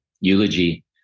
eulogy